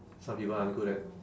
some people are good at